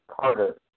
Carter